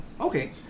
Okay